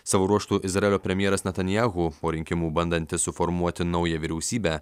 savo ruožtu izraelio premjeras netanyahu po rinkimų bandantis suformuoti naują vyriausybę